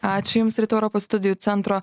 ačiū jums rytų europos studijų centro